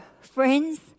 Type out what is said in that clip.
Friends